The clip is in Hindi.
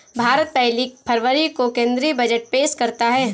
भारत पहली फरवरी को केंद्रीय बजट पेश करता है